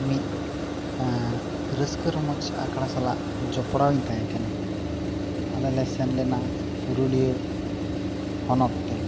ᱢᱤᱫ ᱨᱟᱹᱥᱠᱟᱹ ᱨᱚᱢᱚᱡᱽ ᱟᱠᱷᱚᱲᱟ ᱥᱟᱞᱟᱜ ᱡᱚᱯᱲᱟᱣ ᱤᱧ ᱛᱟᱦᱮ ᱠᱟᱱᱟ ᱟᱞᱮ ᱞᱮ ᱥᱮᱱ ᱞᱮᱱᱟ ᱯᱩᱨᱩᱞᱤᱭᱟᱹ ᱦᱚᱱᱚᱛ ᱛᱮ